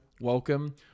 welcome